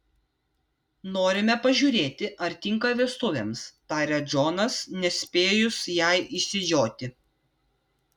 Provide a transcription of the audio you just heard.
norime pažiūrėti ar tinka vestuvėms taria džonas nespėjus jai išsižioti